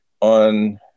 on